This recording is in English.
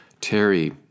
Terry